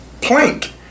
plank